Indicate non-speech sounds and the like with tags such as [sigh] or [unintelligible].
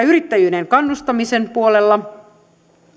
[unintelligible] yrittäjyyden kannustamisen puolella